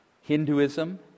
Hinduism